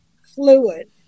fluid